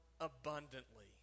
abundantly